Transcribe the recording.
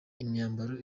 imyambaro